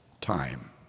time